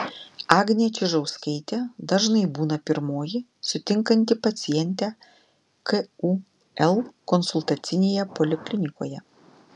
agnė čižauskaitė dažnai būna pirmoji sutinkanti pacientę kul konsultacinėje poliklinikoje